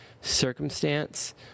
circumstance